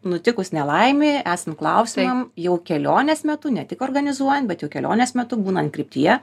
nutikus nelaimei esant klausimam jau kelionės metu ne tik organizuojant bet jau kelionės metu būnant kryptyje